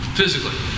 physically